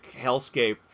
hellscape